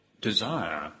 desire